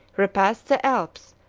repassed the alps,